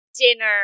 dinner